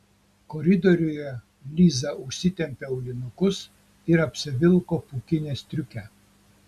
koridoriuje liza užsitempė aulinukus ir apsivilko pūkinę striukę